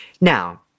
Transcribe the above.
now